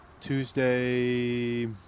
Tuesday